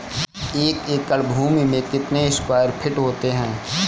एक एकड़ भूमि में कितने स्क्वायर फिट होते हैं?